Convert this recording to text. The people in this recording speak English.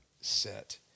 set